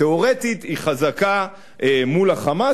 תיאורטית היא חזקה מול ה"חמאס".